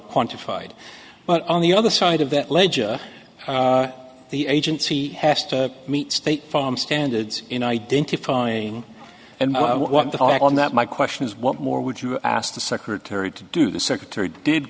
quantified but on the other side of that ledger the agency has to meet state farm standards in identifying and i want to hold on that my question is what more would you ask the secretary to do the secretary did